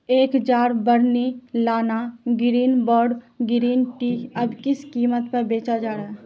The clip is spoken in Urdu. ایک جار برنی لانا گرین بور گرین ٹی اب کس قیمت پر بیچا جا رہا ہے